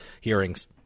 hearings